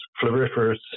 floriferous